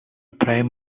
prime